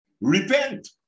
repent